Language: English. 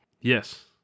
Yes